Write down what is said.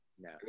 No